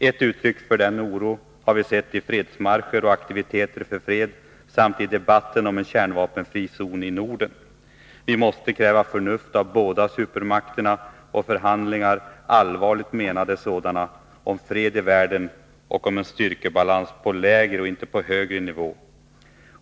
Ett uttryck för denna oro har vi sett i fredsmarscher och aktiviteter för fred samt i debatten om en kärnvapenfri zon i Norden. Vi måste kräva förnuft av båda supermakterna och förhandlingar, allvarligt menade sådana, om fred i världen och om en styrkebalans på lägre och inte på högre nivå.